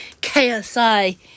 KSI